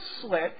slit